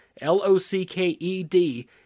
L-O-C-K-E-D